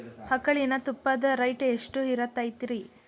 ಆಕಳಿನ ತುಪ್ಪದ ರೇಟ್ ಎಷ್ಟು ಇರತೇತಿ ರಿ?